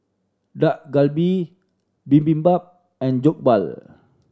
Dak Galbi Bibimbap and Jokbal